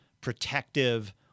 protective